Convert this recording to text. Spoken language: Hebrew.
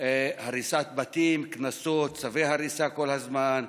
הריסת בתים, קנסות, צווי הריסה כל הזמן,